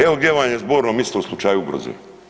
Evo gdje vam je zborno misto u slučaju ugroze.